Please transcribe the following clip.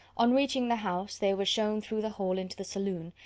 on reaching the house, they were shown through the hall into the saloon,